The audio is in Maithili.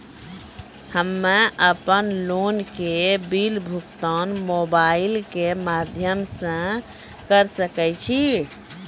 हम्मे अपन लोन के बिल भुगतान मोबाइल के माध्यम से करऽ सके छी?